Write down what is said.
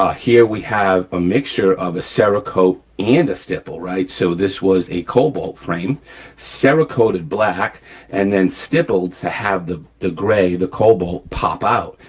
here we have a mixture of a cerakote and a stipple, right. so this was a cobalt frame cerakoted black and then stippled to have the the gray, the cobalt pop out.